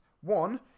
one